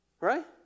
right